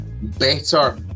better